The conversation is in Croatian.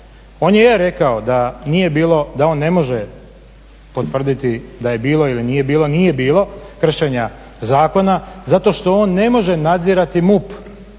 nije bilo, da on ne može potvrditi da je bilo ili nije bilo kršenja zakona zato što on ne može nadzirat MUP.